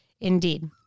Indeed